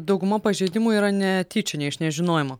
dauguma pažeidimų yra ne tyčiniai iš nežinojimo